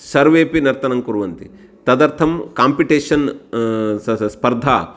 सर्वेऽपि नर्तनं कुर्वन्ति तदर्थं काम्पिटेशन् सा सा स्पर्धा